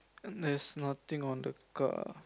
and there's nothing on the car